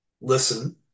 Listen